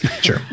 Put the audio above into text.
Sure